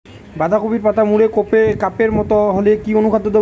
বাঁধাকপির পাতা মুড়ে কাপের মতো হলে কি অনুখাদ্য দেবো?